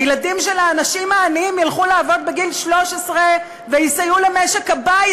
הילדים של האנשים העניים ילכו לעבוד בגיל 13 ויסייעו למשק-הבית?